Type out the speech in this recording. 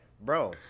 Bro